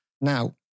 Now